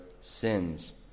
sins